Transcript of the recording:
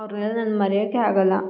ಅವ್ರನ್ನೆಲ್ಲ ನಾನು ಮರಿಯಕ್ಕೇ ಆಗಲ್ಲ